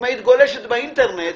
אם היית גולש באינטרנט